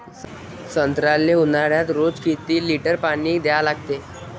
संत्र्याले ऊन्हाळ्यात रोज किती लीटर पानी द्या लागते?